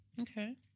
Okay